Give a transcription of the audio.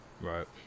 Right